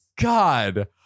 God